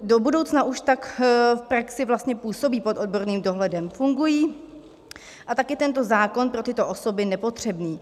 do budoucna už tak v praxi vlastně působí pod odborným dohledem, fungují, a tak je tento zákon pro tyto osoby nepotřebný.